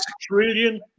trillion